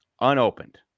unopened